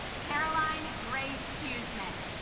caroline grace huesemann